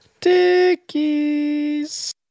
dickies